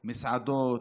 מסעדות,